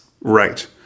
right